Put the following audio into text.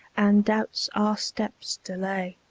and doubts our steps delay.